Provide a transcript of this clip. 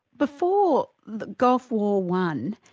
before golf war one,